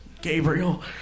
Gabriel